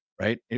right